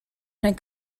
zijn